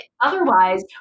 otherwise